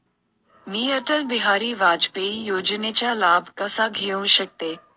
मी अटल बिहारी वाजपेयी योजनेचा लाभ कसा घेऊ शकते?